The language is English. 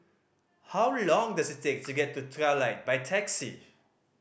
how long does it take to get to Trilight by taxi